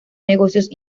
negocios